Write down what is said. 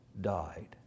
died